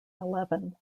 eleven